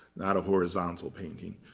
not a horizontal painting.